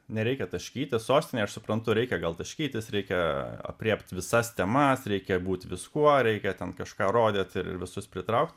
nereikia taškytis sostinėje aš suprantu reikia gal taškytis reikia aprėpt visas temas reikia būt viskuo reikia ten kažką rodyt ir visus pritraukt